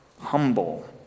humble